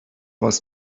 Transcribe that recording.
was